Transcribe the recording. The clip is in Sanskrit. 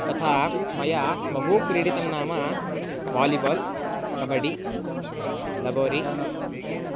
तथा मया बहु क्रीडितं नाम वालिबाल् कबडि लगोरि